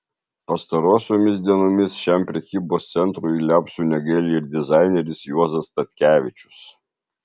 pastarosiomis dienomis šiam prekybos centrui liaupsių negaili ir dizaineris juozas statkevičius